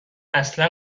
اصلا